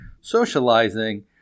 socializing